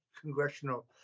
congressional